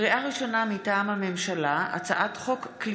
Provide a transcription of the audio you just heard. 7 מזכירת הכנסת ירדנה מלר-הורוביץ: 7 הצעות סיעות